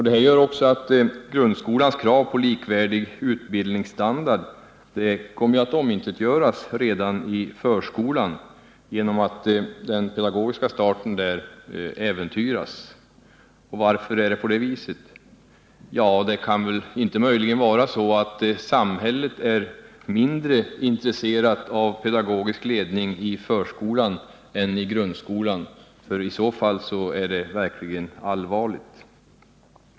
Det här gör också att grundskolans krav på likvärdig utbildningsstandard omintetgörs redan i förskolan genom att den pedagogiska starten där äventyras. Varför är det på det viset? Kan det möjligen vara så att samhället är mindre intresserat av pedagogisk ledning i förskolan än i grundskolan? I så fall är det verkligen allvarligt.